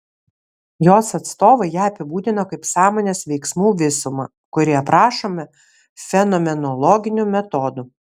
jos atstovai ją apibūdino kaip sąmonės veiksmų visumą kuri aprašoma fenomenologiniu metodu